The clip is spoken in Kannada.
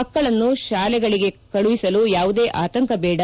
ಮಕ್ಕಳನ್ನು ಶಾಲೆಗಳನ್ನು ಕಳುಹಿಸಲು ಯಾವುದೇ ಆತಂಕಬೇಡ